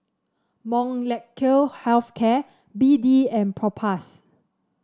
Molnylcke Health Care B D and Propass